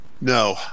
No